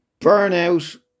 Burnout